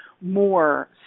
more